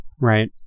right